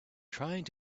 trying